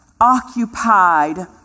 occupied